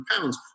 pounds